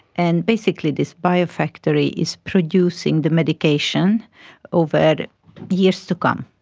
and basically this bio-factory is producing the medication over years to come.